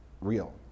real